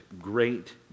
great